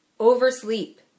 Oversleep